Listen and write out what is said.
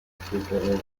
frequently